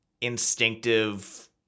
instinctive